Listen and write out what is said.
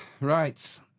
right